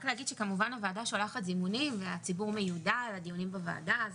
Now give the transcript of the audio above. רק להגיד כמובן שהוועדה שולחת זימונים והציבור מיודע על הדיונים בוועדה.